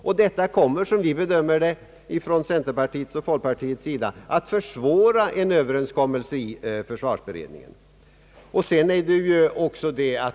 Enligt centerpartiets och folkpartiets bedömning kommer detta att försvåra en överenskommelse i :försvarsberedningen.